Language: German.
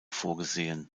vorgesehen